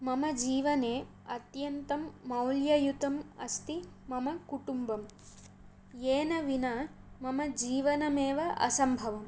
मम जीवने अत्यन्तं मौल्ययुतम् अस्ति मम कुटुम्बम् येन विना मम जीवनमेव असम्भवम्